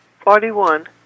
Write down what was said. Forty-one